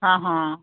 ਹਾਂ ਹਾਂ